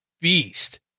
beast